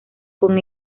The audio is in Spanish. con